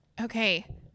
Okay